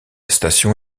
station